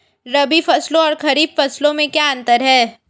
रबी फसलों और खरीफ फसलों में क्या अंतर है?